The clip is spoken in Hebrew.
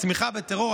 תמיכה בטרור),